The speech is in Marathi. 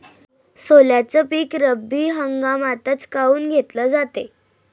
सोल्याचं पीक रब्बी हंगामातच काऊन घेतलं जाते?